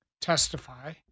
testify